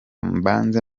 mbanze